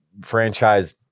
franchise